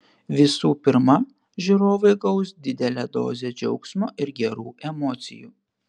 visų pirma žiūrovai gaus didelę dozę džiaugsmo ir gerų emocijų